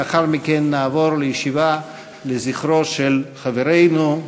לאחר מכן נעבור לישיבה לזכרו של חברנו,